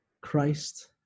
Christ